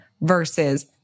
versus